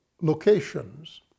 locations